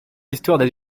histoires